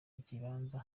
ikibanza